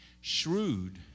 Shrewd